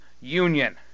Union